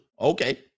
Okay